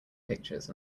pictures